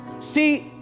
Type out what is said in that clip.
See